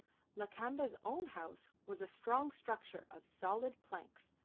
lakamba's own house was a strong structure of solid planks,